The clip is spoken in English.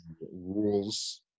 rules